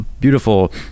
beautiful